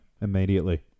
immediately